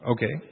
Okay